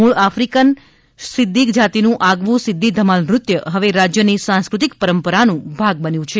મૂળ આફ્રિકની સિદ્દી જાતિનું આગવું સીદ્દી ધમાલ નૃત્ય હવે રાજ્યની સાંસ્કૃતિક પરંપરાનું ભાગ બન્યું છે